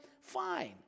fine